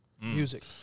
music